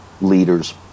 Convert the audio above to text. leader's